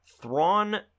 Thrawn